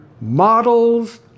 models